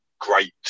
great